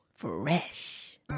Fresh